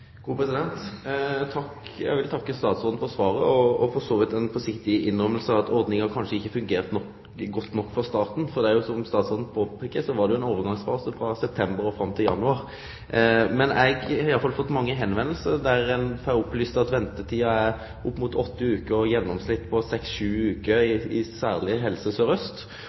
Eg vil takke statsråden for svaret og for så vidt ei forsiktig innrømming, at ordninga kanskje ikkje har fungert godt nok frå starten, for, som statsråden påpeiker, det var jo ein overgangsfase frå september og fram til januar. Men mange har vendt seg til meg og opplyst at ventetida er opp mot åtte veker, i gjennomsnitt seks–sju veker, særlig i Helse SørAust.